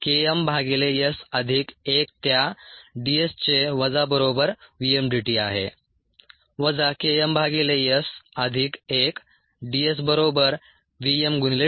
K m भागिले s अधिक 1 त्या d s चे वजा बरोबर v m d t आहे